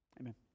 Amen